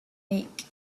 make